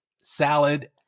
salad